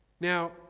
Now